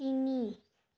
তিনি